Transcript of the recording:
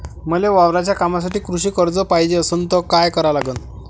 मले वावराच्या कामासाठी कृषी कर्ज पायजे असनं त काय कराव लागन?